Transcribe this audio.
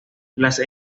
las